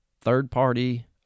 third-party